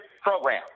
program